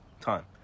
Time